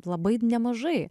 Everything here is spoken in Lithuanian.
labai nemažai